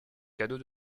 cadeau